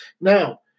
Now